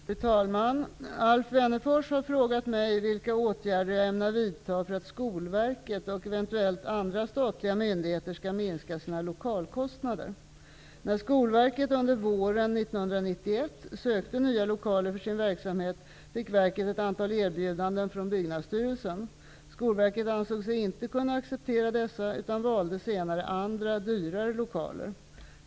Fru talman! Alf Wennerfors har frågat mig vilka åtgärder jag ämnar vidta för att Skolverket och eventuellt andra statliga myndigheter skall minska sina lokalkostnader. När Skolverket under våren 1991 sökte nya lokaler för sin verksamhet fick verket ett antal erbjudanden av Byggnadsstyrelsen. Skolverket ansåg sig inte kunna acceptera dessa utan valde senare andra, dyrare lokaler.